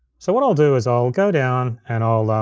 so what i'll do is i'll go down and i'll